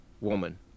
woman